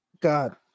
God